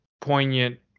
poignant